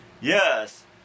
Yes